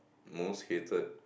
most hated